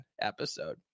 episode